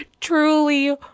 truly